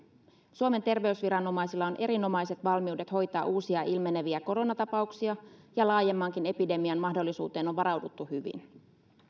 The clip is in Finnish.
suomen terveysviranomaisilla on erinomaiset valmiudet hoitaa uusia ilmeneviä koronatapauksia ja laajemmankin epidemian mahdollisuuteen on varauduttu hyvin